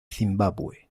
zimbabue